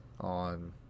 on